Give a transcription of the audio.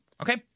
okay